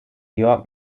georg